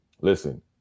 listen